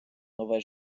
нове